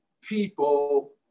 people